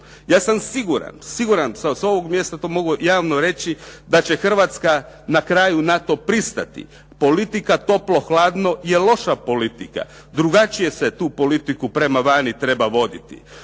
Ja sam siguran, siguran sam, s ovog mjesta to mogu javno reći, da će Hrvatska na kraju NATO pristati. Politika toplo-hladno je loša politika. Drugačije se tu politiku prema vani treba voditi.